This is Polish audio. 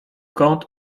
kąt